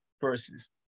verses